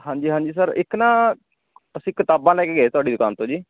ਹਾਂਜੀ ਹਾਂਜੀ ਸਰ ਇੱਕ ਨਾ ਅਸੀਂ ਕਿਤਾਬਾਂ ਲੈ ਕੇ ਗਏ ਤੁਹਾਡੀ ਦੁਕਾਨ ਤੋਂ ਜੀ